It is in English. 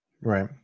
right